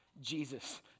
Jesus